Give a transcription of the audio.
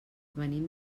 venim